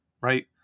Right